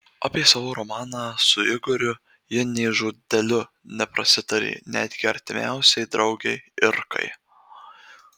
apie savo romaną su igoriu ji nė žodeliu neprasitarė netgi artimiausiai draugei irkai